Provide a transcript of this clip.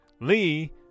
Lee